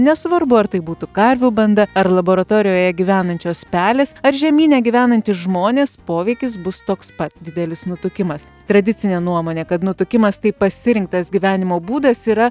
nesvarbu ar tai būtų karvių banda ar laboratorijoje gyvenančios pelės ar žemyne gyvenantys žmonės poveikis bus toks pat didelis nutukimas tradicinė nuomonė kad nutukimas tai pasirinktas gyvenimo būdas yra